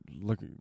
Look